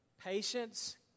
patience